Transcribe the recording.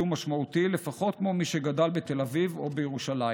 ומשמעותי לפחות כמו מי שגדל בתל אביב או בירושלים.